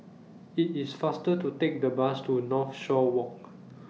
IT IS faster to Take The Bus to Northshore Walk